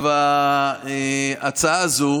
ההצעה הזאת